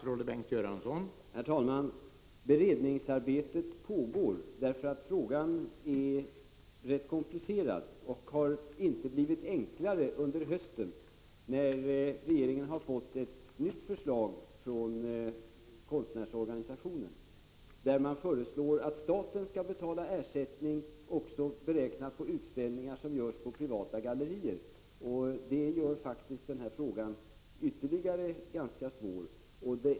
Herr talman! Beredningsarbetet pågår. Frågan är nämligen rätt komplicerad, och den har inte blivit enklare under hösten, när regeringen har fått ett nytt förslag från konstnärsorganisationen. Man föreslår att staten skall betala ersättning beräknad också på utställningar som görs på privata gallerier. Det gör att den här ganska komplicerade frågan ytterligare försvåras.